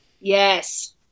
yes